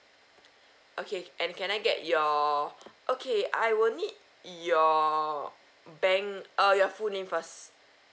okay and can I get your okay I will need your bank uh your full name first